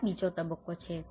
તેથી આ બીજો તબક્કો છે